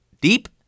deep